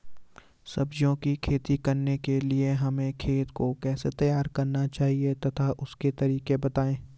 सब्जियों की खेती करने के लिए हमें खेत को कैसे तैयार करना चाहिए तथा उसके तरीके बताएं?